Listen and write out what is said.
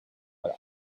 but